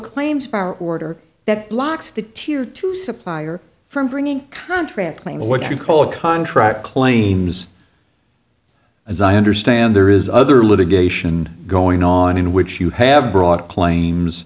claims bar order that blocks the tear to supplier from bringing contract claim what you call a contract claims as i understand there is other litigation going on in which you have brought claims